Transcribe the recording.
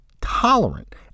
tolerant